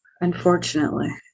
Unfortunately